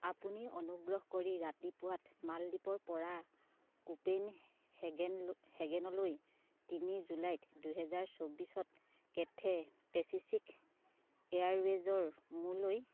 আপুনি অনুগ্ৰহ কৰি ৰাতিপুৱাত মালদ্বীপৰপৰা কোপেনহেগেন হেগেনলৈ তিনি জুলাই দুহেজাৰ চৌবিছত কেথে' পেচিফিক এয়াৰৱে'জৰ মোলৈ